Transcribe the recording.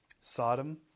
Sodom